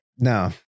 No